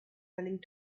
running